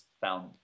found